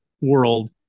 world